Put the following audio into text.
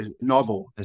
novel